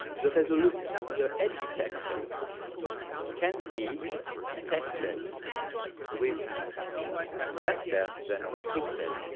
the resolution the edge detection can be detected with better than a pixel,